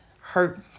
hurt